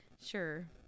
Sure